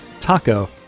Taco